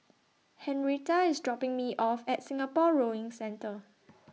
Henretta IS dropping Me off At Singapore Rowing Centre